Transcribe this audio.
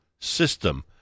system